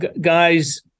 guys